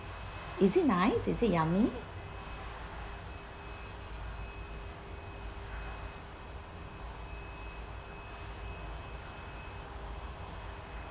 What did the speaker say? is it nice is it yummy